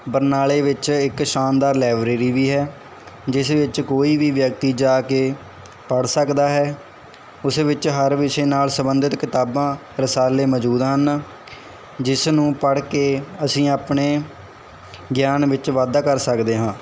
ਬਰਨਾਲੇ ਵਿੱਚ ਇੱਕ ਸ਼ਾਨਦਾਰ ਲੈਇਬਰੇਰੀ ਵੀ ਹੈ ਜਿਸ ਵਿੱਚ ਕੋਈ ਵੀ ਵਿਅਕਤੀ ਜਾ ਕੇ ਪੜ੍ਹ ਸਕਦਾ ਹੈ ਉਸ ਵਿੱਚ ਹਰ ਵਿਸ਼ੇ ਨਾਲ ਸੰਬੰਧਿਤ ਕਿਤਾਬਾਂ ਰਸਾਲੇ ਮੌਜੂਦ ਹਨ ਜਿਸ ਨੂੰ ਪੜ੍ਹ ਕੇ ਅਸੀਂ ਆਪਣੇ ਗਿਆਨ ਵਿੱਚ ਵਾਧਾ ਕਰ ਸਕਦੇ ਹਾਂ